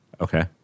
Okay